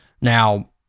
Now